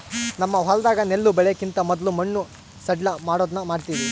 ನಮ್ಮ ಹೊಲದಾಗ ನೆಲ್ಲು ಬೆಳೆಕಿಂತ ಮೊದ್ಲು ಮಣ್ಣು ಸಡ್ಲಮಾಡೊದನ್ನ ಮಾಡ್ತವಿ